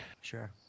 Sure